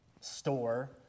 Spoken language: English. store